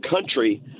country